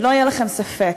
שלא יהיה לכם ספק,